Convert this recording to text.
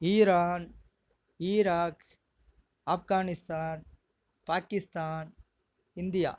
Iran Iraq Afghanistan Pakistan India